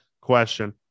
question